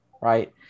right